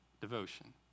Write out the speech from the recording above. devotion